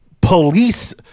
police